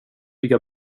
bygga